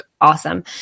awesome